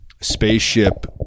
spaceship